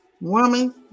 Woman